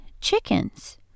chickens